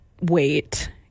wait